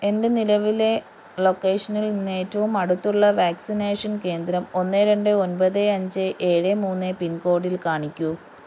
എൻ്റെ നിലവിലെ ലൊക്കേഷനിൽനിന്ന് ഏറ്റവും അടുത്തുള്ള വാക്സിനേഷൻ കേന്ദ്രം ഒന്ന് രണ്ട് ഒമ്പത് അഞ്ച് ഏഴ് മൂന്ന് പിൻകോഡിൽ കാണിക്കൂ